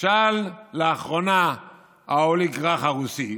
נשאל לאחרונה האוליגרך הרוסי,